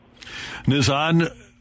Nizan